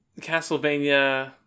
castlevania